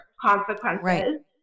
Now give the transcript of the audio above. consequences